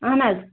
اہن حظ